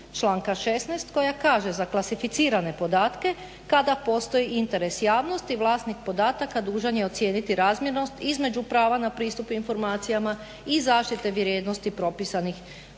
članka 16. koja kaže za klasificirane podatke kada postoji interes javnosti vlasnik podataka dužan je ocijeniti razmjernost između prava na pristup informacijama i zaštite vrijednosti propisanih dakle